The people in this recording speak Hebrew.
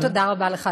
תודה רבה לך,